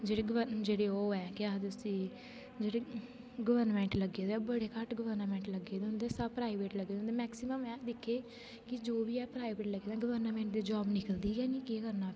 जेहडे़ गवर्नमेंट लग्गे दे ओह् बडे़ घट्ट गवर्नामेंट लग्गे दे ओर सब प्राइवेट लग्गे दे होंदे मैक्सीमम में दिक्खे कि जो बी एह् प्रइवेट लग्गे दे ना गवर्नामेंट जाॅव निकलदी गैं नेई केह् करना फिर